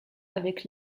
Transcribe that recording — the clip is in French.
avec